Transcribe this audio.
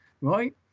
right